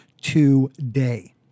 today